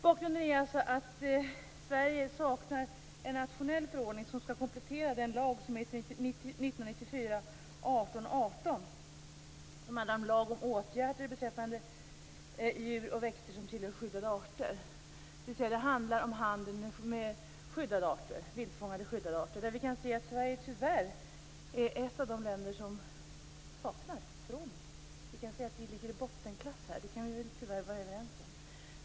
Bakgrunden är alltså att Sverige saknar en nationell förordning som skall komplettera den lag som heter 1994:18:18. Det är en lag om åtgärder beträffande djur och växter som tillhör skyddade arter, dvs. det handlar om handeln med viltfångade skyddade arter. Vi kan tyvärr se att Sverige är ett av de länder som saknar förordning. Man kan säga att vi ligger i bottenklass här. Det kan vi väl tyvärr vara överens om.